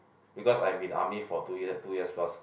because I'm in army for two years two years plus